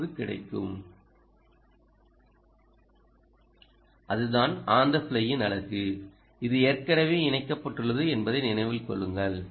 3 கிடைக்கும் அதுதான் on the ஃப்ளையின் அழகு இது ஏற்கனவே இணைக்கப்பட்டுள்ளது என்பதை நினைவில் கொள்ளுங்கள்